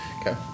Okay